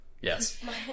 Yes